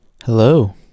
hello